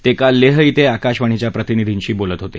ते काल लेह इथं आकाशवाणीच्या प्रतिनिधीशी बोलत होते